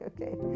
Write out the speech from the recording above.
okay